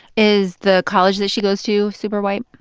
is the college that she goes to super white?